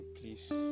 please